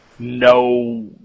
no